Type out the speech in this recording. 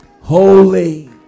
Holy